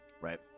right